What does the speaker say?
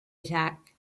attack